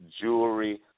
jewelry